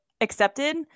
accepted